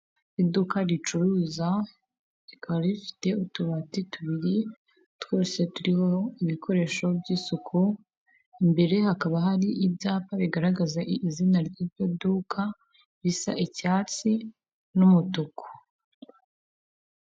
Iduka ricuruza, rikaba rifite utubati tubiri twose turiho ibikoresho by'isuku, imbere hakaba hari ibyapa bigaragaza izina ry'iryo duka risa icyatsi n'umutuku.